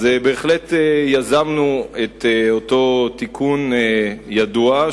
אז בהחלט יזמנו את אותו תיקון ידוע,